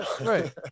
Right